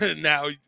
now